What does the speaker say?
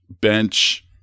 bench